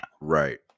Right